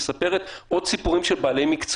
יש מול הסיפור שאת מספרת עוד סיפורים של בעלי מקצוע,